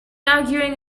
arguing